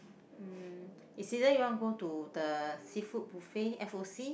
um it's either you want to go to the seafood buffet f_o_c